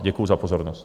Děkuji za pozornost.